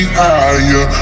higher